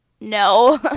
No